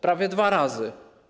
Prawie dwa razy.